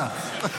השר.